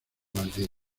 maldito